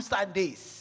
Sundays